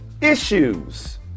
Issues